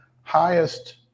highest